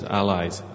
allies